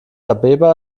abeba